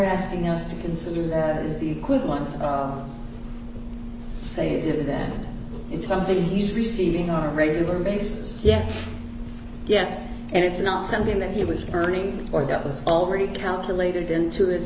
asking us to consider that as the equivalent save to that it's something he's receiving are a regular basis yes yes and it's not something that he was earning or that was already calculated into his